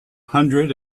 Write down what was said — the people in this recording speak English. hundred